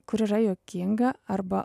kur yra juokinga arba